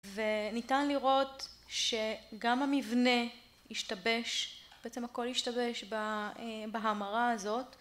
וניתן לראות שגם המבנה השתבש, בעצם הכל השתבש בהמרה הזאת